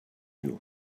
you